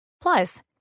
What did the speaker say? Plus